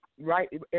right